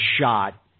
shot